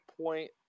point